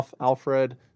Alfred